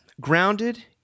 grounded